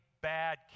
bad